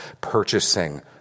purchasing